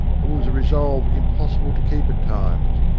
it was a resolve impossible to keep at times,